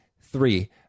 three